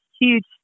huge